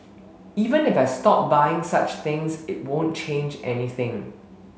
even if I stop buying such things it won't change anything